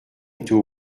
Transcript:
était